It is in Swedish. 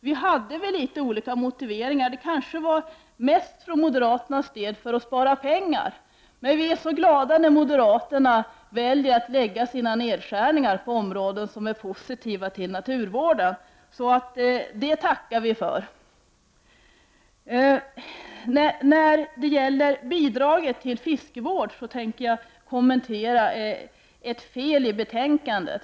Vi hade litet olika motiveringar, och moderaterna kanske vill avskaffa bidraget mest för att spara pengar. Men vi är glada när moderaterna väljer att lägga sina nedskärningar på sådana områden att det blir positivt för naturvården. Det tackar vi för. När det gäller bidraget till fiskevård vill jag kommentera ett fel i betänkandet.